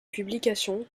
publications